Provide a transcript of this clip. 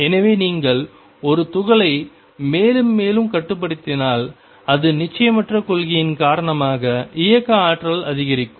எனவே நீங்கள் ஒரு துகளை மேலும் மேலும் கட்டுப்படுத்தினால் அது நிச்சயமற்ற கொள்கையின் காரணமாக இயக்க ஆற்றல் அதிகரிக்கும்